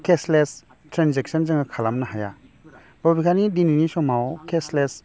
case लेस transaction जों खालामनो हाया बबेखानि दिनैनि समाव केस लेस